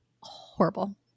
Horrible